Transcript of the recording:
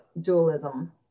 dualism